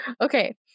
okay